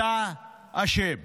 אתה אשם.